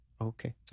Okay